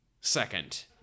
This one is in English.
second